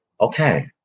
okay